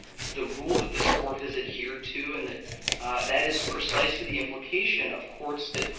the rule that this court has adhered to, and that that is precisely the implication of courts that,